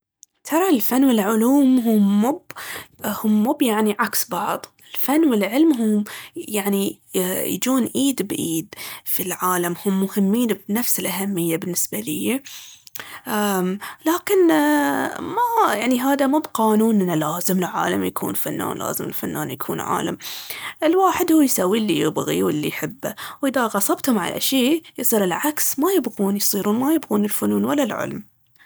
ترا الفن والعلوم هم مب- هم مب يعني عكس بعض. الفن والعلم هم يعني يجون إيد بإيد في العالم، هم مهمين بنفس الأهمية بالنسبة ليي. أمم لكن ما يعني هذا مب قانون ان لازم العالم يكون فنان، لازم الفنان يكون عالم. الواحد هو يسوي الي يبغي واللي يحبه. واذا غصبتهم على شي يصير العكس، ما يبغون يصيرون ما يبغون الفنون ولا العلم.